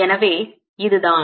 எனவே இதுதான்